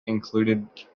included